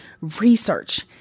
research